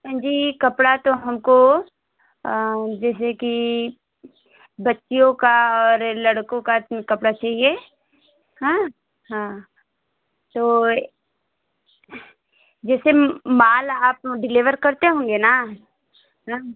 बहन जी कपड़ा तो हमको जैसे कि बच्चियों का और लड़कों का कपड़ा चाहिए हाँ हाँ तो जैसे माल आप लोग डिलिवर करते होंगे ना है ना